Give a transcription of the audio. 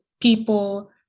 people